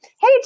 Hey